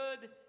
good